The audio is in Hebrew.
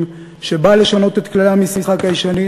שבאה לשנות את כללי המשחק הישנים,